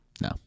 No